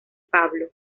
pablo